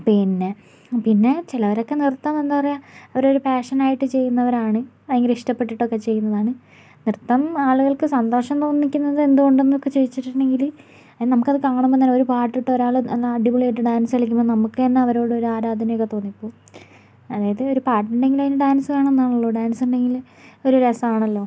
പിന്നെ പിന്നെ ചിലവരൊക്കെ നൃത്തം എന്താ പറയുക അവരൊരു പാഷനായിട്ട് ചെയ്യുന്നവരാണ് ഭയങ്കര ഇഷ്ടപ്പെട്ടിട്ടൊക്കെ ചെയ്യുന്നതാണ് നൃത്തം ആളുകൾക്ക് സന്തോഷം തോന്നിക്കുന്നത് എന്തുകൊണ്ടെന്നൊക്കെ ചോദിച്ചിട്ടുണ്ടെങ്കിൽ അതിന് നമുക്കത് കാണുമ്പം തന്നെ ഒരു പാട്ട് ഇട്ട് ഒരാൾ എന്നാൽ അടിപൊളിയായിട്ട് ഡാൻസ് കളിക്കുമ്പോൾ നമുക്ക് തന്നെ അവരോടൊരു ആരാധന ഒക്കെ തോന്നിപ്പോവും അതായത് ഒരു പാട്ട് ഉണ്ടെങ്കിൽ അതിന് ഡാൻസ് വേണം എന്നാണല്ലോ ഡാൻസ് ഉണ്ടെങ്കിൽ ഒരു രസമാണല്ലോ